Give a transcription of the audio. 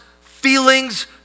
feelings